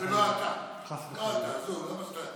לא אתה, לא אתה, עזוב.